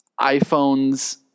iPhones